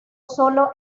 solo